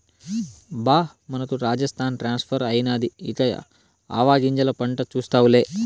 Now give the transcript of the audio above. బా మనకు రాజస్థాన్ ట్రాన్స్ఫర్ అయినాది ఇక ఆవాగింజల పంట చూస్తావులే